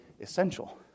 essential